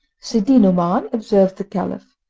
sidi-nouman, observed the caliph,